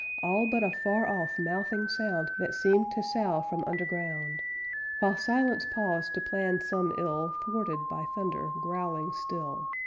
all but a far-off mouthing sound that seemed to sough from underground while silence paused to plan some ill, thwarted by thunder growling still.